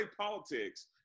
politics